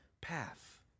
path